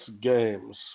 games